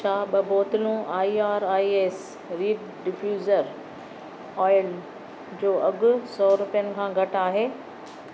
छा ॿ बोतलूं I R I S reed diffuser oil जो अघु सौ रुपियनि खां घटि आहे